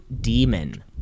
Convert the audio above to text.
demon